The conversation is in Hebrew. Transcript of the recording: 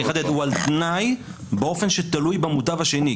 הוא על תנאי באופן שתלוי במוטב השני,